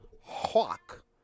Hawk